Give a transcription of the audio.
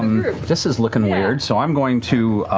this is looking weird, so i'm going to.